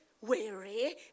weary